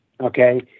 Okay